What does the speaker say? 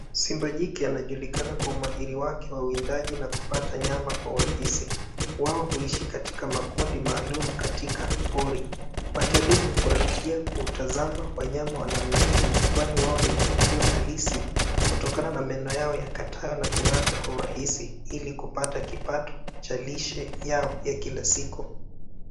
Simbajike anajulikana kwa umahiri wake wa uwindaji na kupata nyama kwa urahisi. Wao huishi katika makundi maalum katika pori. Watalii hufurahia kutazama wanyama wa namna hii, kwani hao ni vivutio halisi, kutokana na meno yao ya kung'ata na kwa urahisi ili kupata kipato cha lishe yao ya kila siku.